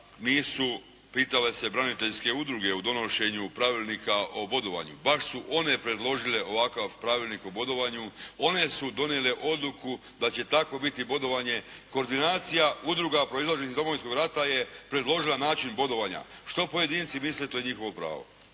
nisu pitale se braniteljske udruge u donošenju Pravilnika o bodovanju. Baš su one predložile ovakav Pravilnik o bodovanju. One su donijele odluku da će tako biti bodovanje. Koordinacija udruga proizlazi iz Domovinskog rata je predložila način bodovanja. Što pojedinci misle, to je njihovo pravo.